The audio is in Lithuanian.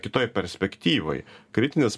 kitoj perspektyvoj kritinis